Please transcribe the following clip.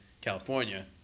California